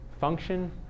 function